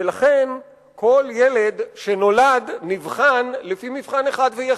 ולכן כל ילד שנולד נבחן לפי מבחן אחד ויחיד: